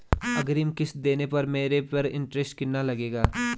अग्रिम किश्त देने पर मेरे पर इंट्रेस्ट कितना लगेगा?